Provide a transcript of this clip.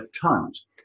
tons